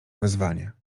wezwanie